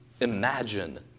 imagine